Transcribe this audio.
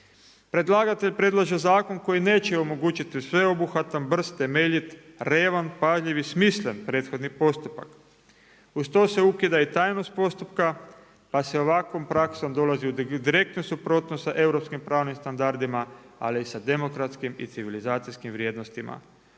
Predlagatelj predlaže zakon koji neće omogućiti sveobuhvatan, brz, temeljit, revan, pažljivi i smislen prethodni postupak. Uz to se ukida i tajnost postupka pa se ovakvom praksom dolazi u direktnu suprotnost sa europskim pravnim standardima ali i sa demokratskim i civilizacijskim vrijednostima.